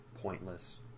pointless